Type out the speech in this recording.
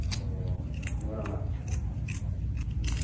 अह नंगौ नामा उम